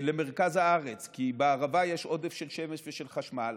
למרכז הארץ, כי בערבה יש עודף של שמש ושל חשמל